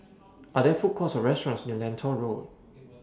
Are There Food Courts Or restaurants near Lentor Road